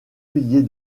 pilier